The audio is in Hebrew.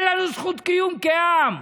אין לנו זכות קיום כעם.